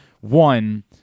One